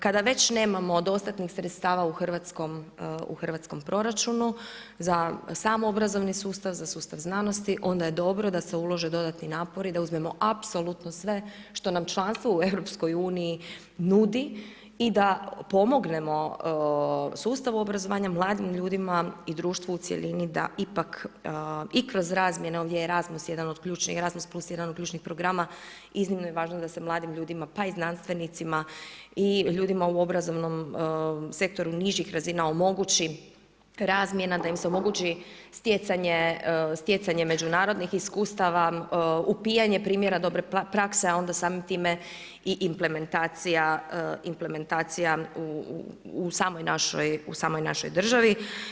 Kada već nemamo dostatnih sredstava u hrvatskom proračunu za samo obrazovni sustavni, uza sustav znanost, onda je dobro da se ulože dodatni napori da uzmemo apsolutno sve što nam članstvo u EU-u nudi i da pomognemo sustavu obrazovanja, mladim ljudima i društvu u cjelini da ipak i kroz razmjene, ovdje je ERASMUS+1 jedan od ključnih programima iznimno je važno da se mladim ljudima pa i znanstvenicima i ljudima u obrazovnom sektoru nižih razina omogući razmjena, da im se omogući stjecanje međunarodnih iskustava, upijanje primjera dobre prakse, a onda samim time i implementacija u samoj našoj državi.